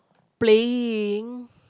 playing